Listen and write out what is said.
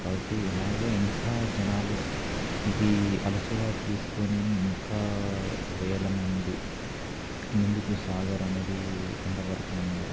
కాబట్టి ఇలాగే ఇంకా జనాలు ఇది అలుసుగా తీసుకుని ఇంకా వేల మంది ముందుకు సాగరు అనేది ఎంతవరకు నమ్మగలం